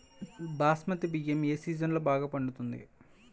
బాస్మతి బియ్యం ఏ సీజన్లో బాగా పండుతుంది?